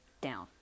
down